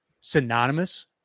synonymous